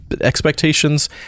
expectations